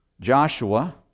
Joshua